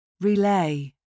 Relay